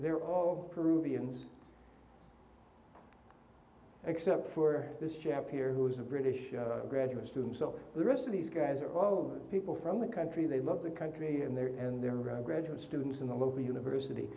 they're all peruvians except for this chap here who is a british graduate student so the rest of these guys are all the people from the country they love the country and they're and they're going to graduate students in the local university